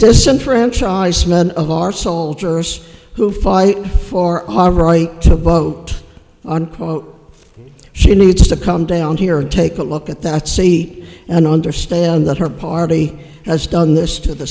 disenfranchisement of our soldiers who fight for our right to vote on quote she needs to come down here take a look at that see and understand that her party has done this to the